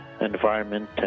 environment